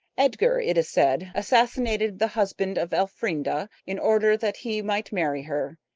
edgar, it is said, assassinated the husband of elfrida in order that he might marry her.